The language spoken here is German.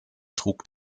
trug